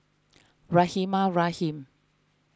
Rahimah Rahim